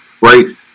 right